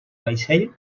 vaixell